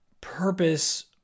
purpose